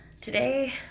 today